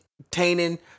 entertaining